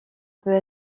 peut